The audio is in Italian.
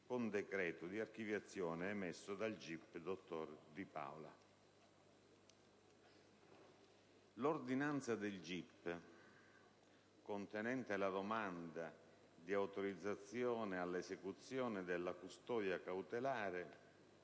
con decreto di archiviazione emesso dal GIP, dottor Di Paola. L'ordinanza del GIP contenente la domanda di autorizzazione all'esecuzione della custodia cautelare